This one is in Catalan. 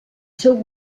seu